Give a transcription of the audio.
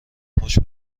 پشت